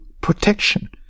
protection